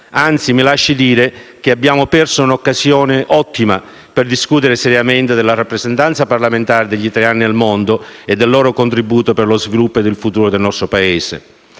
anzi, mi lasci dire che abbiamo perso un'ottima occasione per discutere seriamente della rappresentanza parlamentare degli italiani nel mondo e del loro contributo per lo sviluppo ed il futuro del nostro Paese.